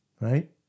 Right